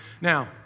Now